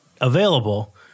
available